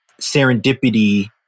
serendipity